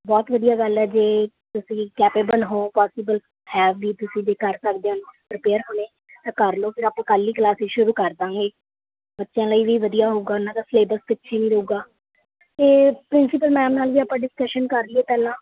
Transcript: ਬਹੁਤ ਵਧੀਆ ਗੱਲ ਹੈ ਜੇ ਤੁਸੀਂ ਕੈਪੇਬਲ ਹੋ ਪੋਸੀਬਲ ਹੈ ਵੀ ਤੁਸੀਂ ਜੇ ਕਰ ਸਕਦੇ ਹੋ ਪ੍ਰੀਪੇਅਰ ਹੁਣੇ ਤਾਂ ਕਰ ਲਿਓ ਫੇਰ ਆਪਾਂ ਕੱਲ੍ਹ ਹੀ ਕਲਾਸਿਜ ਸ਼ੁਰੂ ਕਰ ਦੇਵਾਂਗੇ ਬੱਚਿਆਂ ਲਈ ਵੀ ਵਧੀਆ ਹੋਊਗਾ ਉਹਨਾਂ ਦਾ ਸਿਲੇਬਸ ਪਿੱਛੇ ਨਹੀਂ ਰਹੇਗਾ ਅਤੇ ਪ੍ਰਿੰਸੀਪਲ ਮੈਮ ਨਾਲ ਵੀ ਆਪਾਂ ਡਿਸਕਸ਼ਨ ਕਰ ਲਈਏ ਪਹਿਲਾਂ